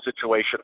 situation